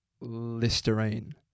Listerine